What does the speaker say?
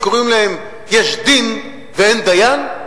שקוראים להם יש דין ואין דיין?